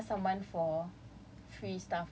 what what's that called when you ask someone for